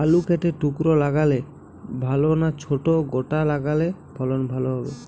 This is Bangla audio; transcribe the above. আলু কেটে টুকরো লাগালে ভাল না ছোট গোটা লাগালে ফলন ভালো হবে?